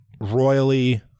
royally